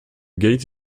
gate